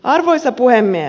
arvoisa puhemies